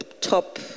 top